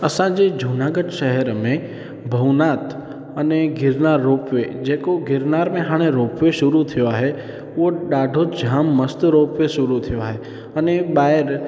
असांजे जूनागढ़ शहर में भवनाथ अने गिरनार रोप वे जेको गिरनार में हाणे रोप वे शुरू थियो आहे उहो ॾाढो जाम मस्तु रोप वे शुरू थियो आहे अने ॿाहिरि